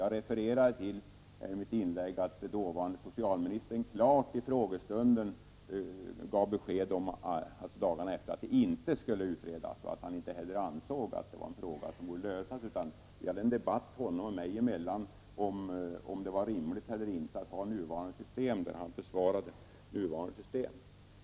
Jag redovisade i mitt inlägg även att den dåvarande socialministern i en frågestund några dagar efter riksdagens beslut gav klart besked om att frågan inte skulle utredas. Han ansåg inte heller att det var ett problem som borde lösas. Det fördes en debatt honom och mig emellan om huruvida det var rimligt eller inte att ha kvar nuvarande ordning. Han försvarade då det gällande systemet.